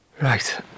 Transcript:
Right